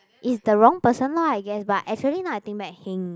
is the wrong person lah I guess but actually now I think back heng